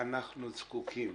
אנחנו זקוקים